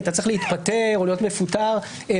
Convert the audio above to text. אתה צריך להתפטר או להיות מפוטר מהממשלה,